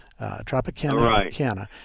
Tropicana